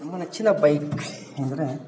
ನಮ್ಮ ನೆಚ್ಚಿನ ಬೈಕ್ ಅಂದರೆ